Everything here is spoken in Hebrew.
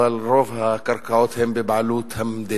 אבל רוב הקרקעות הן בבעלות המדינה,